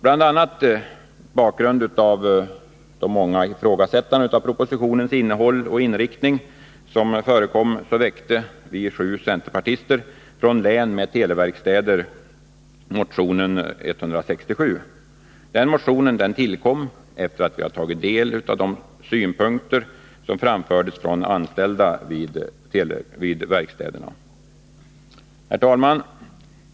Mot bakgrund av bl.a. de många ifrågasättanden av propositionens innehåll och inriktning som förekommit väckte vi sju centerpartister från län med televerkstäder motionen 167. Denna motion tillkom efter det att vi tagit del av synpunkter från de anställda vid verkstäderna. Herr talman!